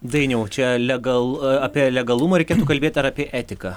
dainiau čia legalu apie legalumą reikėtų kalbėti ar apie etiką